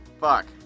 fuck